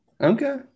okay